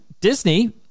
disney